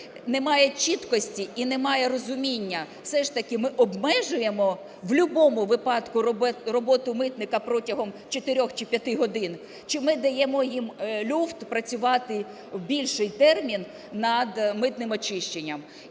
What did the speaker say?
Немає чіткості і немає розуміння: все ж таки ми обмежуємо в любому випадку роботу митника протягом 4 чи 5 годин, чи ми даємо їм люфт працювати в більший термін над митним очищенням.